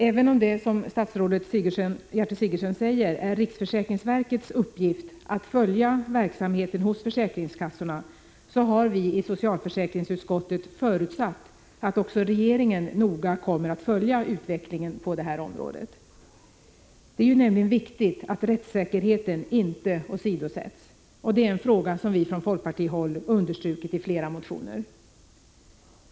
Även om det — som statsrådet Gertrud Sigurdsen säger — är riksförsäkringsverkets uppgift att följa upp verksamheten hos försäkringskassorna, har vi i socialförsäkringsutskottet förutsatt att också regeringen noga kommer att följa utvecklingen på det här området. Det är nämligen viktigt att rättssäkerheten inte åsidosätts. Det är något som vi från folkpartihåll har understrukit i flera motioner.